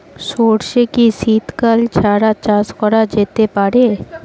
সর্ষে কি শীত কাল ছাড়া চাষ করা যেতে পারে?